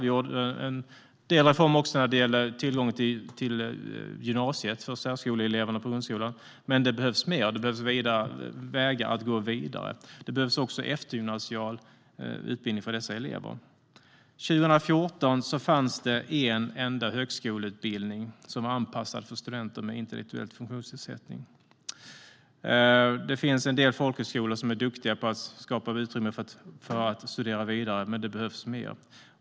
Vi genomförde en del reformer också när det gäller tillgången till gymnasium för särskoleeleverna på grundskolan. Men det behövs vägar att gå vidare. Det behövs också eftergymnasial utbildning för dessa elever. År 2014 fanns en enda högskoleutbildning som var anpassad för studenter med intellektuell funktionsnedsättning. Det finns en del folkhögskolor som är duktiga på att skapa utrymme för att studera vidare, men det behövs mer.